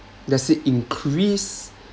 does it increase